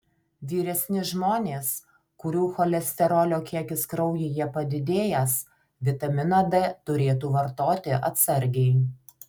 vyresni žmonės kurių cholesterolio kiekis kraujyje padidėjęs vitaminą d turėtų vartoti atsargiai